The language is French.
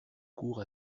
cours